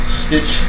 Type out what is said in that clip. stitch